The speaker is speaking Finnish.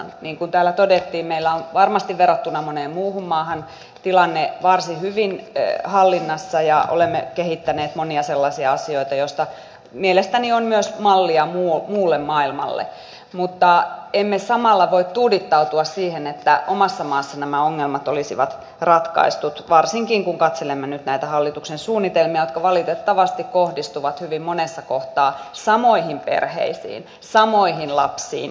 niin kuin täällä todettiin meillä on varmasti verrattuna moneen muuhun maahan tilanne varsin hyvin hallinnassa ja olemme kehittäneet monia sellaisia asioita joista mielestäni on myös mallia muulle maailmalle mutta emme samalla voi tuudittautua siihen että omassa maassa nämä ongelmat olisivat ratkaistut varsinkin kun katselemme nyt näitä hallituksen suunnitelmia jotka valitettavasti kohdistuvat hyvin monessa kohtaa samoihin perheisiin samoihin lapsiin